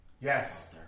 Yes